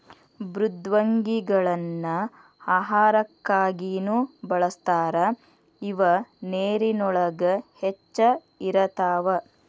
ಮೃದ್ವಂಗಿಗಳನ್ನ ಆಹಾರಕ್ಕಾಗಿನು ಬಳಸ್ತಾರ ಇವ ನೇರಿನೊಳಗ ಹೆಚ್ಚ ಇರತಾವ